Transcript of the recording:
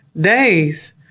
days